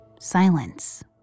silence